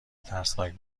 ترسناک